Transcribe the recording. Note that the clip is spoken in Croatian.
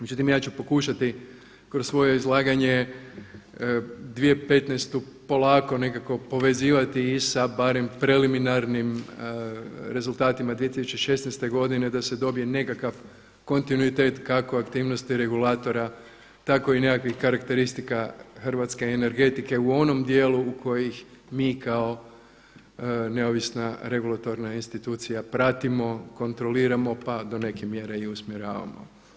Međutim, ja ću pokušati kroz svoje izlaganje 2015. polako nekako povezivati i sa barem preliminarnim rezultatima 2016. godine da se dobije nekakav kontinuitet kako aktivnosti regulatora tako i nekakvih karakteristika hrvatske energetike u onom dijelu u kojem mi kao neovisna regulatorna institucija pratimo, kontroliramo pa do neke mjere i usmjeravamo.